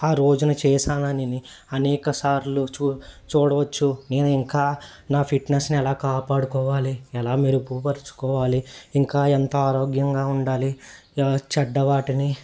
ఆ రోజున చేశాననిని అనేక సార్లు చూ చూడవచ్చు నేను ఇంకా నా ఫిట్నెస్ని ఎలా కాపాడుకోవాలి ఎలా మెరుగుపరుచుకోవాలి ఇంకా ఎంత ఆరోగ్యంగా ఉండాలి చెడ్డ వాటిని